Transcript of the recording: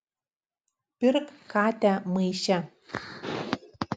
pirk katę maiše